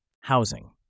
housing